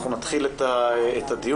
אנחנו נתחיל את הדיון.